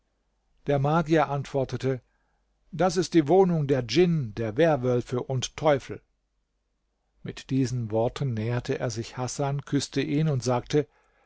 der magier antwortete das ist die wohnung der djinn der werwölfe und der teufel mit diesen worten näherte er sich hasan küßte ihn und sagte